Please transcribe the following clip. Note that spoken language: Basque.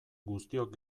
guztiok